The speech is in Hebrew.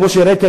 כמו שהראיתי,